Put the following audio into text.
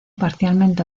parcialmente